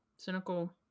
Cynical